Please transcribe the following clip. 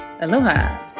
aloha